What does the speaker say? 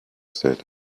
said